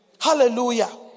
Hallelujah